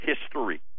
history